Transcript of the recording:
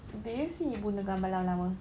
did you see ibu punya gambar lama-lama